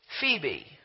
Phoebe